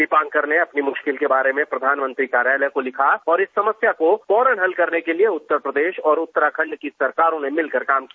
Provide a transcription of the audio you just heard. दीपांकर ने अपनी मुश्किल के बारे में प्रधानमंत्री कार्यालय को लिखा और इस समस्या को फौरन हल करने के लिए उत्तर प्रदेश और उत्तराखंड की सरकारों ने मिलकर काम किया